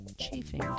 chafing